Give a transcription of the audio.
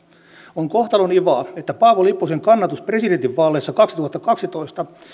on kohtalon ivaa että paavo lipposen kannatus presidentinvaaleissa kaksituhattakaksitoista